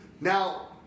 Now